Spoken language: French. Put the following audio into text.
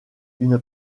une